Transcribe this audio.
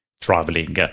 traveling